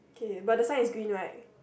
okay but the sign is green right